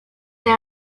they